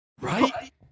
right